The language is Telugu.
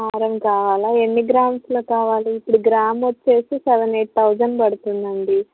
హారం కావాలా ఎన్ని గ్రామ్స్లో కావాలి ఇప్పుడు గ్రామ వచ్చి సెవెన్ ఎయిట్ థౌసండ్ పడుతుంది అండి